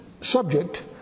subject